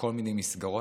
בכל מיני מסגרות,